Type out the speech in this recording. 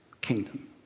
kingdom